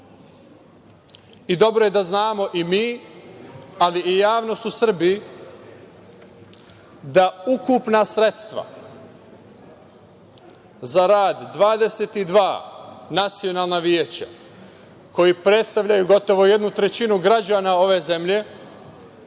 Dobro je da znamo i mi, ali i javnost u Srbiji, da ukupna sredstva za rad 22 nacionalna veća koji predstavljaju gotovo jednu trećinu građana ove zemlje